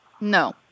No